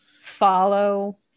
follow